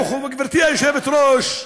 גברתי היושבת-ראש,